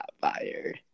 Fire